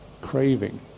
craving